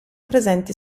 presenti